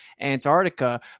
Antarctica